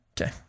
Okay